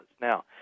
Now